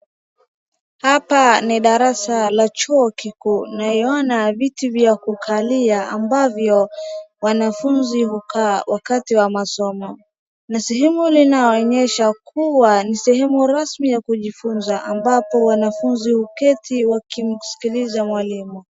Hapa ni darasa la chuo kikuu naiona viti vya kukalia ambavyo wanafunzi hukaa wakati wa masomo na sehemu linalonyesha kuwa ni sehemu rasmi ya kujifunza ambapo wanafunzi uketi wa kimskiliza mwalimu.